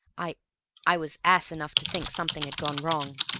i i was ass enough to think something had gone wrong!